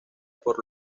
por